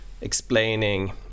explaining